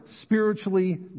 spiritually